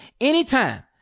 anytime